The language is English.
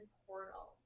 portal